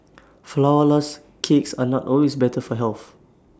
Flourless Cakes are not always better for health